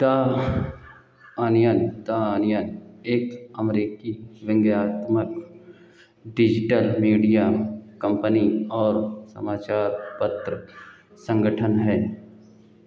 the onion the onion एक अमरिकी व्यंग्यात्मक डिजिटल मीडिया कम्पनी और समाचार पत्र संगठन है